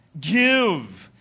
give